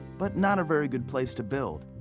but not a very good place to build,